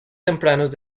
tempranos